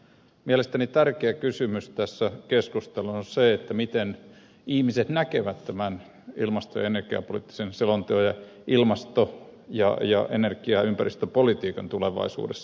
mielestäni tärkeä kysymys tässä keskustelussa on se miten ihmiset näkevät tämän ilmasto ja energiapoliittisen selonteon ja ilmasto ja energia ja ympäristöpolitiikan tulevaisuudessa